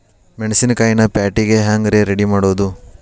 ಮೆಣಸಿನಕಾಯಿನ ಪ್ಯಾಟಿಗೆ ಹ್ಯಾಂಗ್ ರೇ ರೆಡಿಮಾಡೋದು?